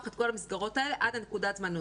את כל המסגרות האלה עד נקודת הזמן הזו.